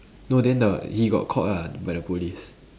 no then the he got caught ah by the police